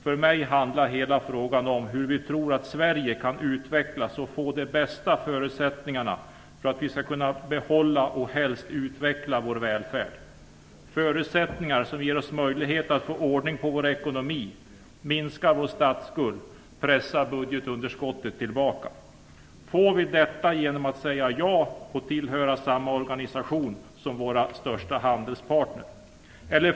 För mig handlar hela frågan om hur vi tror att Sverige kan utvecklas och få de bästa förutsättningarna för att vi skall kunna behålla och helst utveckla vår välfärd. Det handlar om hur vi skall få förutsättningar som ger oss möjlighet att få ordning på vår ekonomi, minska vår statsskuld och pressa tillbaka budgetunderskottet. Får vi detta genom att säga ja och tillhöra samma organisation som våra största handelspartner?